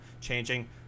changing